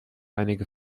einige